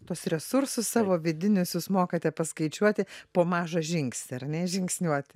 tuos resursus savo vidinius jūs mokate paskaičiuoti po mažą žingsnį ar ne žingsniuoti